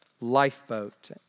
lifeboat